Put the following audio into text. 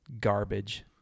garbage